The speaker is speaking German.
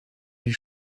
die